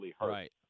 right